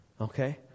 okay